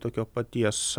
tokio paties